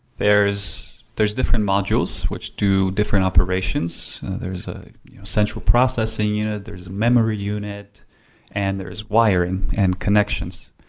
there is there is different modules which do different operations, there is a central processing unit, there is memory unit and there is wiring and connections.